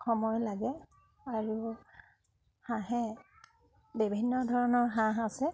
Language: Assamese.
সময় লাগে আৰু হাঁহে বিভিন্ন ধৰণৰ হাঁহ আছে